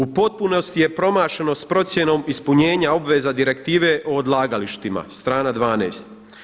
U potpunosti je promašeno s procjenom ispunjenja obveza Direktive o odlagalištima, strana 12.